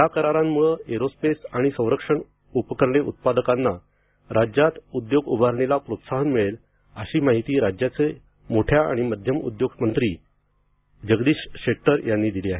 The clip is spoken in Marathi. या करारांमुळे एरोस्पेस आणि संरक्षण उपकरणे उत्पादकांना राज्यात उद्योग उभारणीला प्रोत्साहन मिळेल अशी माहिती राज्याचे मध्यम उद्योग मंत्री जगदीश शेट्टर यांनी दिली आहे